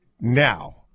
Now